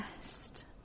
best